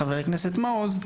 חבר הכנסת מעוז: